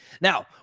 Now